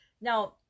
Now